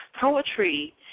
Poetry